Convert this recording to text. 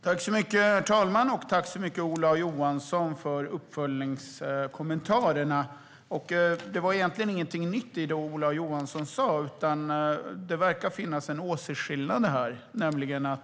Herr talman! Jag tackar Ola Johansson så mycket för uppföljningskommentarerna. Det var egentligen ingenting nytt i det Ola Johansson sa, utan det verkar finnas en åsiktsskillnad här.